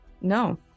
No